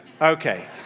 Okay